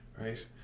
right